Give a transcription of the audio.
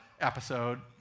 episode